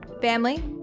family